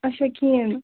اَچھا کِہیٖنٛۍ نہٕ